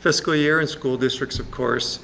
fiscal year and school districts, of course,